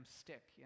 stick